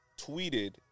tweeted